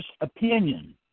opinion